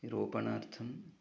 रोपणार्थम्